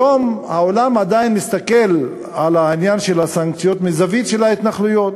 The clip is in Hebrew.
היום העולם עדיין מסתכל על העניין של הסנקציות מהזווית של ההתנחלויות.